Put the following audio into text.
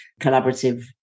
collaborative